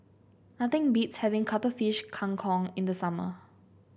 nothing beats having Cuttlefish Kang Kong in the summer